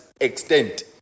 extent